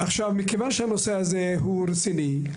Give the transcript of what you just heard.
מכיוון שהנושא הזה הוא רציני,